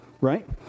right